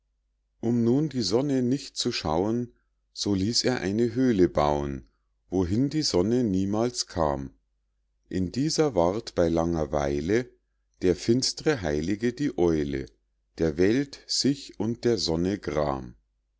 um nun die sonne nicht zu schauen so ließ er eine höhle bauen wohin die sonne niemals kam in dieser ward bei langer weile der finstre heilige die eule der welt sich und der sonne gram